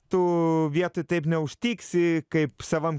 tu vietoj taip neužtiksi kaip savam